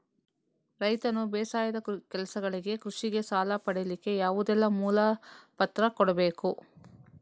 ರೈತನು ಬೇಸಾಯದ ಕೆಲಸಗಳಿಗೆ, ಕೃಷಿಗೆ ಸಾಲ ಪಡಿಲಿಕ್ಕೆ ಯಾವುದೆಲ್ಲ ಮೂಲ ಪತ್ರ ಕೊಡ್ಬೇಕು?